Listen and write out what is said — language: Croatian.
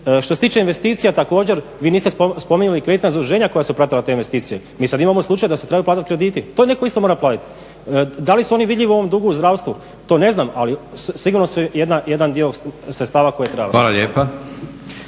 Što se tiče investicija, također vi niste spominjali kreditna zaduženja koja su pratila te investicije. Mi sad imamo slučaj da se trebaju platiti krediti. To netko isto mora platiti. Da li su oni vidljivi u ovom dugu u zdravstvu? To ne znam, ali sigurno su jedan dio sredstava koje treba …/Govornik